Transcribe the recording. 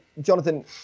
jonathan